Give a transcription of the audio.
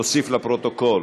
נוסיף לפרוטוקול